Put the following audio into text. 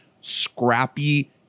scrappy